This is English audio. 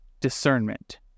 discernment